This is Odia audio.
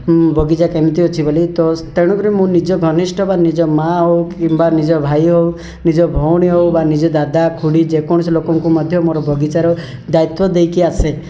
ବଗିଚା କେମିତି ଅଛି ବୋଲି ତ ତେଣୁକରି ମୁଁ ନିଜ ଘନିଷ୍ଟ ବା ନିଜ ମା ହେଉ କିମ୍ବା ନିଜ ଭାଇ ହେଉ ନିଜ ଭଉଣୀ ହେଉ ବା ନିଜ ଦାଦା ଖୁଡ଼ି ଯେ କୌଣସି ଲୋକଙ୍କୁ ମଧ୍ୟ ବଗିଚାର ଦାୟିତ୍ଵ ଦେଇକି ଆସେ